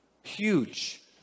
Huge